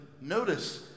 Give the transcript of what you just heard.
Notice